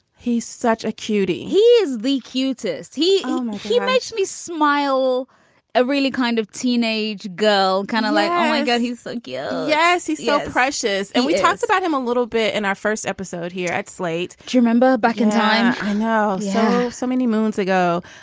he's such a q t he is the cutest. he makes me smile a really kind of teenage girl, kind of like, oh, my god, he's a girl yes, he's yeah precious. and we talked about him a little bit in our first episode here at slate to remember back in time. i know so many moons ago,